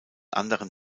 anderen